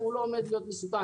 והוא לא עומד להיות מסוכן.